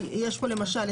למשל,